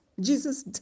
Jesus